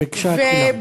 וריגשה את כולם.